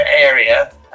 area